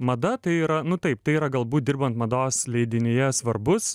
mada tai yra nu taip tai yra galbūt dirbant mados leidinyje svarbus